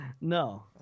No